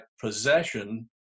possession